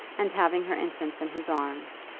and having her infants in his arms,